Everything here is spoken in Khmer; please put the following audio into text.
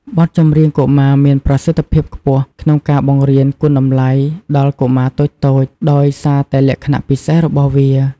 បទចម្រៀងកុមារមានប្រសិទ្ធភាពខ្ពស់ក្នុងការបង្រៀនគុណតម្លៃដល់កុមារតូចៗ ដោយសារតែលក្ខណៈពិសេសរបស់វា។